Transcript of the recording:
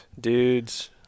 dudes